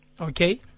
okay